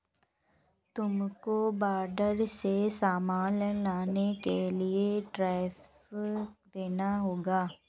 तुमको बॉर्डर से सामान लाने के लिए टैरिफ देना होगा